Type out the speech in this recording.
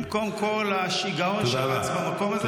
במקום כל השיגעון שרץ במקום הזה?